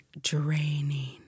draining